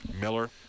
Miller